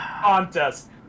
contest